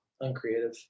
uncreative